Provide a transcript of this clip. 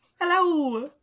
Hello